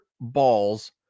balls